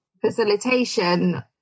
facilitation